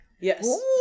Yes